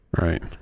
Right